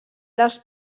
dels